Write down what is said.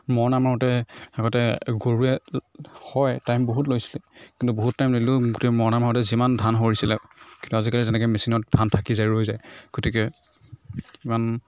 মৰণা মাৰোঁতে আগতে গৰুৱে হয় টাইম বহুত লৈছিলে কিন্তু বহুত টাইম লাগিলেও গোটেই মৰণা মাৰোঁতে যিমান ধান সৰিছিলে কিন্তু আজিকালি তেনেকৈ মেচিনত ধান থাকি যায় ৰৈ যায় গতিকে ইমান